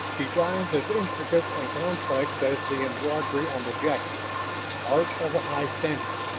designs as intricate and complex as the embroidery on the jacket art of a high standard.